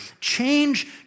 change